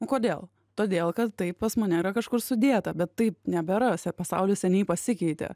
nu kodėl todėl kad taip pas mane yra kažkur sudėta bet tai nebėra vis tiek pasaulis seniai pasikeitė